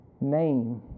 name